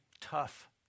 tough